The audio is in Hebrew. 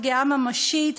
לפגיעה ממשית.